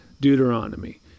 Deuteronomy